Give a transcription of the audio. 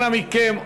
אנא מכם,